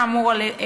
כאמור,